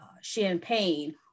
champagne